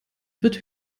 wird